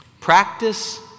Practice